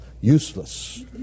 useless